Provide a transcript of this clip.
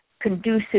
conducive